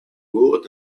голод